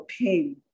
pain